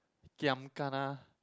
giam kana